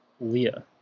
Leah